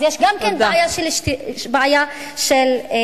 אז יש גם כן בעיה של שקיפות.